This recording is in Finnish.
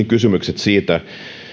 kysymykset siitä